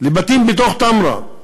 לבתים בתוך תמרה.